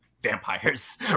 vampires